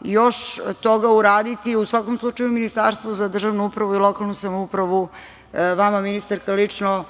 još toga uraditi. U svakom slučaju, Ministarstvo za državnu upravu i lokalnu samoupravu, vama ministarka lično